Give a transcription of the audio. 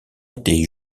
était